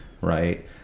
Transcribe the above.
Right